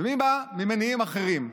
ומי בא ממניעים אחרים.